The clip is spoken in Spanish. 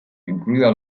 incluida